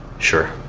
sure.